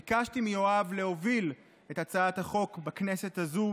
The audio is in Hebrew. ביקשתי מיואב להוביל את הצעת החוק בכנסת הזו,